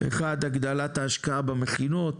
אחד הגדלת ההשקעה במכינות